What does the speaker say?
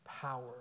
power